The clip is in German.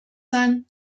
sein